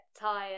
tired